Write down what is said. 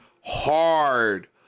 hard